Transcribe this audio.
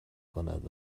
کند